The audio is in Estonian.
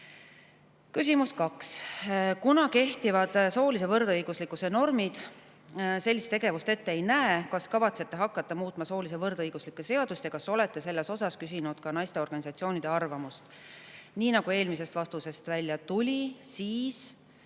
küsimus. Kuna kehtivad soolise võrdõiguslikkuse normid sellist tegevust ette ei näe, kas kavatsete hakata muutma soolise võrdõiguslikkuse seadust ja kas olete selles osas küsinud ka naisorganisatsioonide arvamust? Eelmisest vastusest tuli